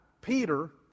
Peter